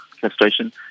castration